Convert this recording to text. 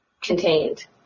contained